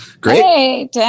great